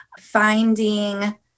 finding